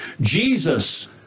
Jesus